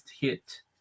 hit